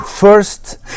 First